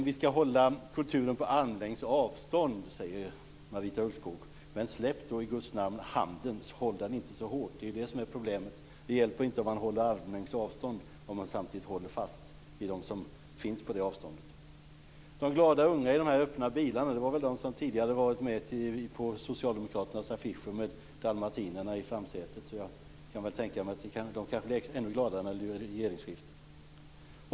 Vi ska hålla kulturen på armlängds avstånd, säger Marita Ulvskog. Men släpp då i Guds namn handen, håll den inte så hårt. Det är det som är problemet. Det hjälper inte om man håller armlängds avstånd om man samtidigt håller fast vid det som finns på det avståndet. De glada unga i de öppna bilarna - det är väl de som tidigare varit med på socialdemokraternas affischer med dalmatinerna i framsätet. Jag kan tänka mig att de blir ännu gladare när det blir ett regeringsskifte.